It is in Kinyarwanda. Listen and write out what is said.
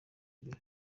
imbere